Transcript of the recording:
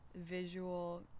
Visual